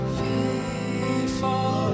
faithful